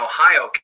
Ohio